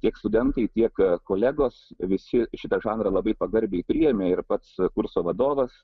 tiek studentai tiek kolegos visi šitą žanrą labai pagarbiai priėmė ir pats kurso vadovas